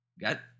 Got